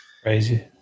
Crazy